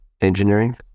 engineering